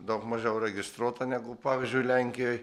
daug mažiau registruota negu pavyzdžiui lenkijoj